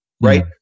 right